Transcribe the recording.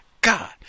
god